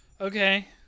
okay